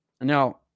Now